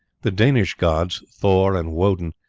the danish gods, thor and woden,